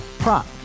Prop